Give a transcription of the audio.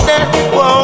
Whoa